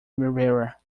rivera